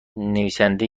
نویسنده